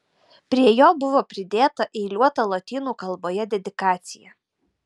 prie jo buvo pridėta eiliuota lotynų kalboje dedikacija